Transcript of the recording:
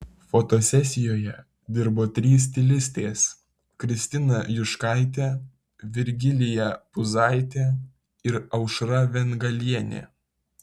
fotosesijoje dirbo trys stilistės kristina juškaitė virgilija puzaitė ir aušra vengalienė